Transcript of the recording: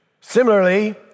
Similarly